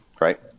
right